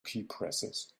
keypresses